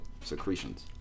Secretions